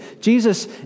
Jesus